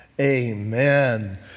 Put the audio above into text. amen